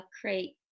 create